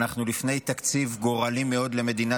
אנחנו לפני תקציב גורלי מאוד למדינת ישראל.